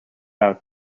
out